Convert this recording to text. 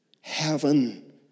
heaven